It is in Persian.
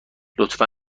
لطفا